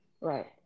right